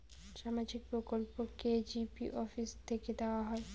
সামাজিক প্রকল্প কি জি.পি অফিস থেকে দেওয়া হয়?